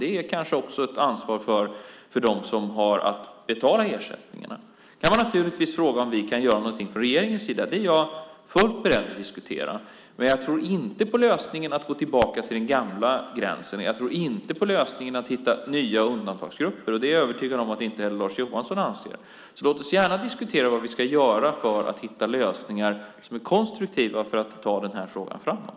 Det är kanske också ett ansvar för dem som har att betala ersättningarna. Man kan naturligtvis fråga om vi kan göra någonting från regeringens sida. Det är jag fullt beredd att diskutera. Men jag tror inte på lösningen att gå tillbaka till den gamla gränsen. Jag tror inte på lösningen att hitta nya undantagsgrupper. Det är jag övertygad om att inte heller Lars Johansson anser. Låt oss gärna diskutera vad vi ska göra för att hitta lösningar som är konstruktiva för att ta den här frågan framåt.